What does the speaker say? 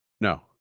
No